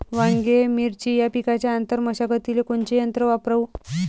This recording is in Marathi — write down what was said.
वांगे, मिरची या पिकाच्या आंतर मशागतीले कोनचे यंत्र वापरू?